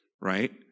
Right